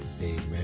Amen